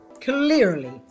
Clearly